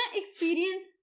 experience